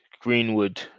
Greenwood